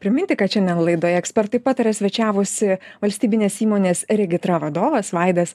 priminti kad šiandien laidoje ekspertai pataria svečiavosi valstybinės įmonės regitra vadovas vaidas